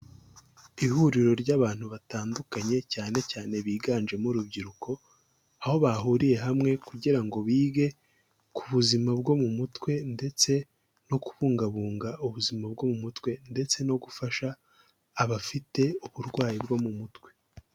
Ihuriro ry'abantu batandukanye cyane cyane biganjemo urubyiruko, aho bahuriye hamwe kugira ngo bige ku buzima bwo mu mutwe ndetse no kubungabunga ubuzima bwo mu mutwe ndetse no gufasha abafite uburwayi bwo mu mutwe.